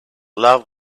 love